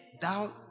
thou